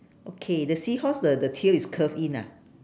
okay the seahorse the the tail is curve in ah